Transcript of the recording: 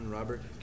Robert